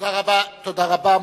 תודה רבה.